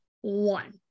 One